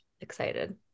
excited